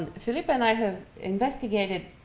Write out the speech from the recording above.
and felipe and i have investigated